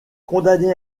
condamné